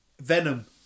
Venom